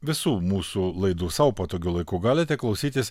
visų mūsų laidų sau patogiu laiku galite klausytis